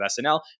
SNL